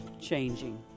changing